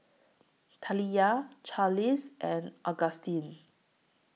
Taliyah Charlize and Agustin